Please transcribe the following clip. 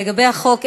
לגבי החוק,